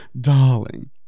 darling